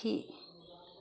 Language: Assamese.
সুখী